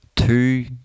Two